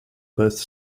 both